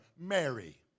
Mary